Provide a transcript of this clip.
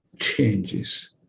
changes